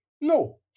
No